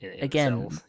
Again